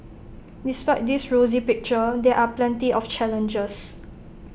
despite this rosy picture there are plenty of challenges